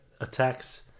attacks